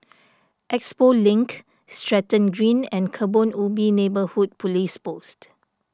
Expo Link Stratton Green and Kebun Ubi Neighbourhood Police Post